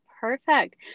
perfect